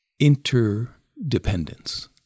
Interdependence